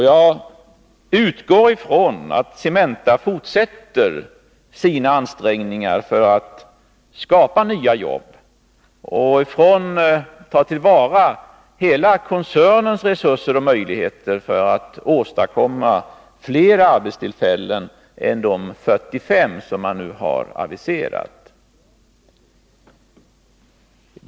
Jag utgår ifrån att Cementa fortsätter sina ansträngningar för att skapa nya jobb och tar till vara hela koncernens resurser och möjligheter för att åstadkomma flera arbetstillfällen än de 45 som nu aviserats.